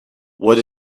what